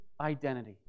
identity